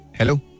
Hello